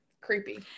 creepy